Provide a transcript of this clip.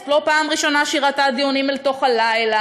זאת לא הייתה הפעם הראשונה שהיא ראתה דיונים אל תוך הלילה.